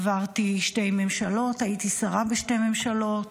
עברתי שתי ממשלות, הייתי שרה בשתי ממשלות,